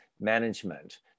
management